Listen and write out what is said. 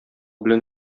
белән